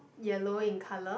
yellow in colour